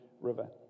River